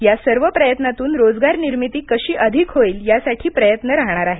यासर्व प्रयत्नांतून रोजगारनिर्मिती कशी अधिक होईल यासाठी प्रयत्न राहणारआहे